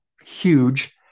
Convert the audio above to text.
Huge